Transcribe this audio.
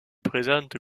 présente